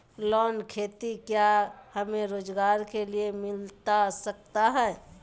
Loan खेती क्या हमें रोजगार के लिए मिलता सकता है?